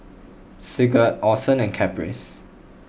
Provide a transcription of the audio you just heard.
Sigurd Orson and Caprice